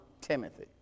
Timothy